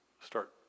start